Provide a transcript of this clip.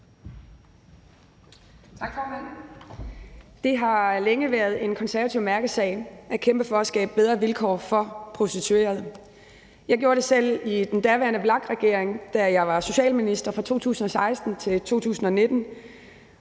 Det har længe været en konservativ mærkesag at kæmpe for at skabe bedre vilkår for prostituerede. Jeg gjorde det selv i den daværende VLAK-regering, da jeg var socialminister fra 2016 til 2019,